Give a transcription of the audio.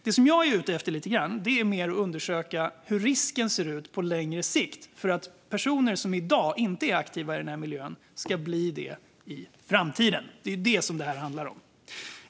Det som jag är ute efter är mer att undersöka hur risken ser ut på längre sikt för att personer som inte är aktiva i den här miljön i dag ska bli det i framtiden. Det är det som det här handlar om.